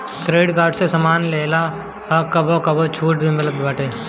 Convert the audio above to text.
credit card से सामान लेहला पअ कबो कबो छुट भी मिलत बाटे